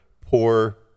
poor